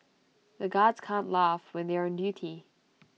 the guards can't laugh when they are on duty